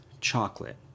chocolate